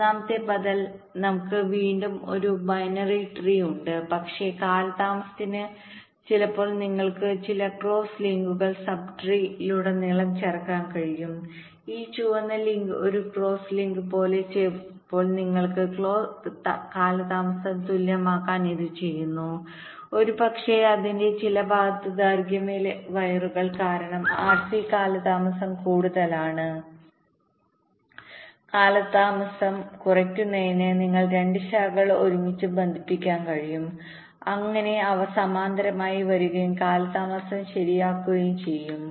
മൂന്നാമത്തെ ബദൽ നമുക്ക് വീണ്ടും ഒരു ബൈനറി ട്രീbinary treeഉണ്ട് പക്ഷേ കാലതാമസത്തിന് ചിലപ്പോൾ നിങ്ങൾക്ക് ചില ക്രോസ് ലിങ്കുകൾ സബ് ട്രീ സ്സിലുടനീളം ചേർക്കാൻ കഴിയും ഈ ചുവന്ന ലിങ്ക് ഒരു ക്രോസ് ലിങ്ക്പോലെ ചിലപ്പോൾ നിങ്ങൾ ക്ലോക്ക് കാലതാമസം തുല്യമാക്കാൻ ഇത് ചെയ്യുന്നു ഒരുപക്ഷേ അതിന്റെ ചില ഭാഗത്ത് ദൈർഘ്യമേറിയ വയറുകൾ കാരണം RC കാലതാമസം കൂടുതലാണ് കാലതാമസം കൂടുതലാണ് കാലതാമസം കുറയ്ക്കുന്നതിന് നിങ്ങൾക്ക് 2 ശാഖകൾ ഒരുമിച്ച് ബന്ധിപ്പിക്കാൻ കഴിയും അങ്ങനെ അവ സമാന്തരമായി വരുകയും കാലതാമസം ശരിയായിരിക്കുകയും ചെയ്യും